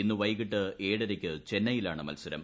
ഇന്ന് വൈകിട്ട് ഏഴരയ്ക്ക് ചെന്നൈയിലാണ് മിൽസരം